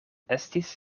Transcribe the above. estis